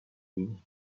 wenig